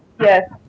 Yes